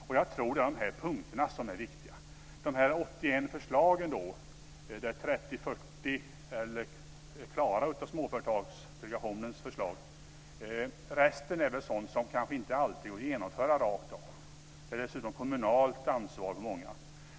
Jag tror att det är de här punkterna som är viktiga. 30-40 klara, och resten är sådant som kanske inte alltid går att genomföra rakt av. Många är dessutom ett kommunalt ansvar.